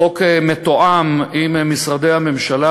החוק מתואם עם משרדי הממשלה,